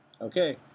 Okay